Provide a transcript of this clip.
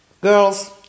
girls